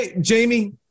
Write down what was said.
jamie